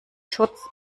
schutz